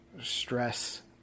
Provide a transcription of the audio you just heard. stress